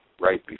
right